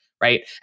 Right